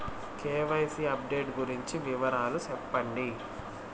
KYC update గురించి వివరాలు సెప్పండి?